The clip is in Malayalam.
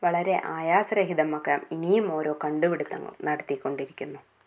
വളരെ ആയാസരഹിതമാക്കാൻ ഇനിയും ഓരോ കണ്ടുപിടിത്തങ്ങൾ നടത്തിക്കൊണ്ടിരിക്കുന്നു